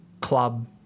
club